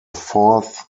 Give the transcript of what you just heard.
fourth